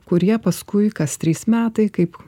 kurie paskui kas trys metai kaip